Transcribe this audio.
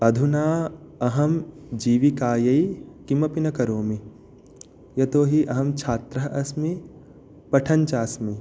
अधुना अहं जीविकायै किमपि न करोमि यतोहि अहं छात्रः अस्मि पठन् चास्मि